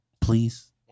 Please